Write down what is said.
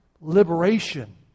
liberation